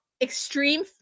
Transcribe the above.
extreme